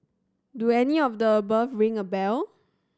do any of the above ring a bell